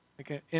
Okay